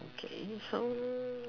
okay so